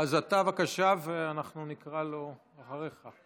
אז אתה, בבקשה, ואנחנו נקרא לו אחריך.